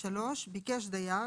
ביקש דייר,